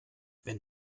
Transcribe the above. wenn